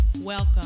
Welcome